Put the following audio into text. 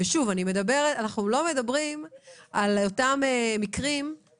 האלה של התראות אנחנו לא עושים צעד שהוא חמור